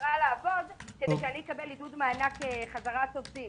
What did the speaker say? חזרה לעבוד כדי שאני אקבל עידוד מענק חזרת עובדים.